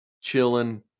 chilling